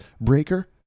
Breaker